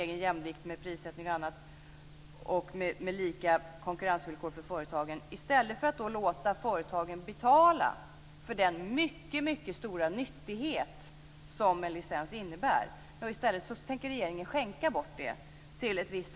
Man har inget fritt in och utträde, vilket är alldeles avgörande för att en marknad ska kunna fungera av egen jämvikt, med prissättning och lika konkurrensvillkor för företagen.